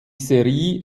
serie